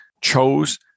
chose